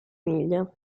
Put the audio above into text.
miglia